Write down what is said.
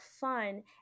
fun